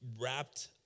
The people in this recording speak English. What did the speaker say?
wrapped